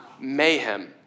Mayhem